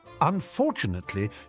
Unfortunately